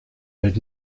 fällt